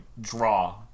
draw